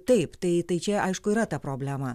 taip tai tai čia aišku yra ta problema